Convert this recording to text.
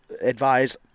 advise